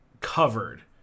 covered